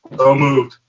i'll move.